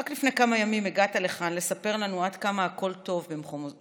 רק לפני כמה ימים הגעת לכאן לספר לנו עד כמה הכול טוב במחוזותינו,